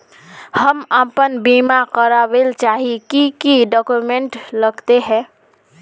हम अपन बीमा करावेल चाहिए की की डक्यूमेंट्स लगते है?